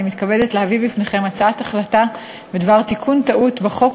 אני מתכבדת להביא בפניכם הצעת החלטה בדבר תיקון טעות בחוק